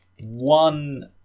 One